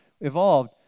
evolved